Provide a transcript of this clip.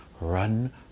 Run